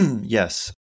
yes